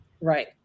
Right